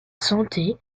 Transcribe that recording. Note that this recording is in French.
santé